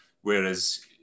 whereas